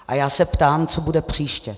A já se ptám: Co bude příště?